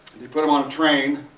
they put him on a train,